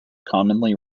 commonly